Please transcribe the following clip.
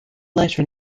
later